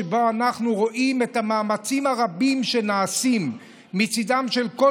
שבה אנחנו רואים את המאמצים הרבים שנעשים מצידם של כל